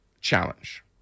challenge